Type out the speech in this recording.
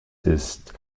ist